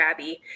grabby